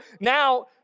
now